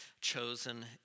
chosen